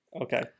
Okay